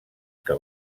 que